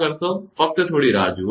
ફક્ત થોડી રાહ જુઓ